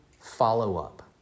follow-up